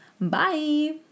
bye